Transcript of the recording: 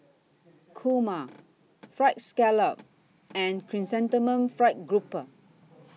Kurma Fried Scallop and Chrysanthemum Fried Grouper